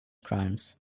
crimes